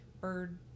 bird